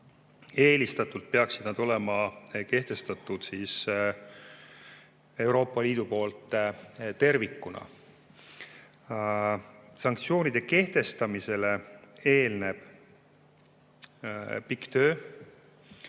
eelistatult peaksid need olema kehtestatud Euroopa Liidus tervikuna. Sanktsioonide kehtestamisele eelneb pikk töö.